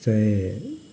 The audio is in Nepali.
चाहे